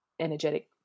energetic